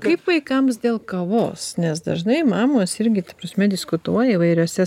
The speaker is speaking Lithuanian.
kaip vaikams dėl kavos nes dažnai mamos irgi ta prasme diskutuoja įvairiose